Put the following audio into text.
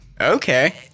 Okay